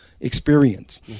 experience